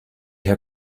herr